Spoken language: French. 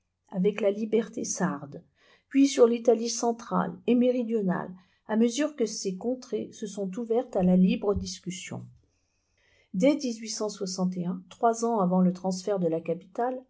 avec la liberté sarde puis sur l'italie centrale et méridionale à mesure que ces contrées se sont ouvertes digitized by google à la libre discussion dès trois ans avant le transfert de la capitale